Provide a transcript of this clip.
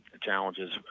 challenges